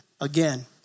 Again